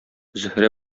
зөһрә